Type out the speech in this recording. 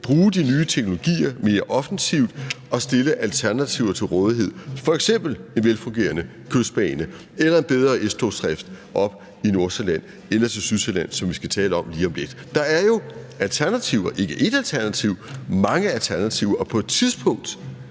bruge de nye teknologier mere offensivt og stille alternativer til rådighed, f.eks. en velfungerende Kystbane eller en bedre S-togsdrift oppe i Nordsjælland eller til Sydsjælland, som vi skal tale om lige om lidt. Der er jo alternativer, ikke ét alternativ, men mange alternativer, og på et tidspunkt,